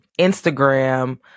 Instagram